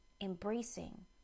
embracing